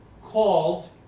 called